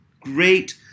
great